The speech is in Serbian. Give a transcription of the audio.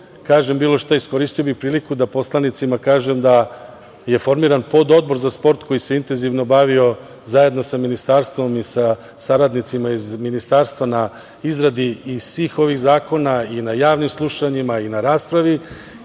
bilo šta, iskoristio bih priliku da poslanicima kažem da je formiran Pododbor za sport koji se intenzivno bavio, zajedno sa Ministarstvom i sa saradnicima iz Ministarstva na izradi i svih ovih zakona i na javnim slušanjima i na raspravi